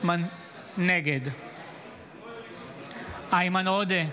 נגד איימן עודה,